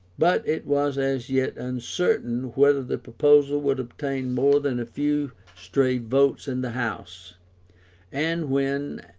but it was as yet uncertain whether the proposal would obtain more than a few stray votes in the house and when,